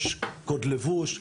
יש קוד לבוש,